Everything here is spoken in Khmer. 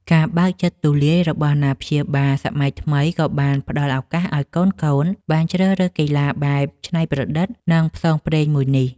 ការបើកចិត្តទូលាយរបស់អាណាព្យាបាលសម័យថ្មី ក៏បានផ្ដល់ឱកាសឱ្យកូនៗបានជ្រើសរើសកីឡាបែបច្នៃប្រឌិត និងផ្សងព្រេងមួយនេះ។